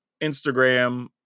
Instagram